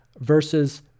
versus